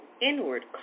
inward